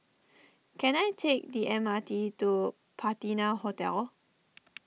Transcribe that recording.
can I take the M R T to Patina Hotel